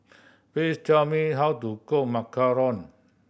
please tell me how to cook macaron